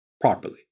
properly